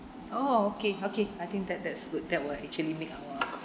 oh okay okay I think that that's good that will actually make our